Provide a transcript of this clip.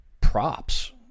Props